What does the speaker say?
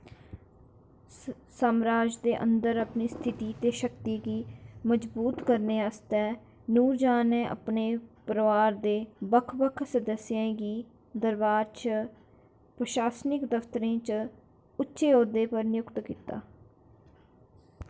सामराज दे अंदर अपनी स्थिति ते शक्ति गी मजबूत करने आस्तै नूरजांह् ने अपने परोआर दे बक्ख बक्ख सदस्यें गी दरबार च प्रशासनिक दफ्तरें च उच्चे औह्दें पर नयुक्त कीता